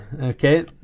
Okay